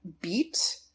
beat